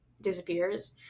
disappears